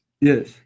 Yes